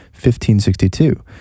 1562